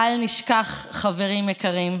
בל נשכח, חברים יקרים,